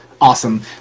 Awesome